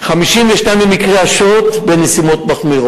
מי מכם היה רוצה שסרט כזה ייכנס לתוך מערכת החינוך?